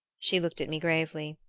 she looked at me gravely.